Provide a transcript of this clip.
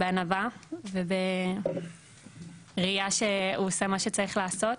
בענווה ובראייה שהוא עושה מה שצריך לעשות.